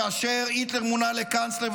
כאשר היטלר מונה לקנצלר,